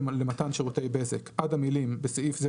למתן שירותי בזק" עד המילים "(בסעיף זה,